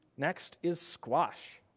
next is squash.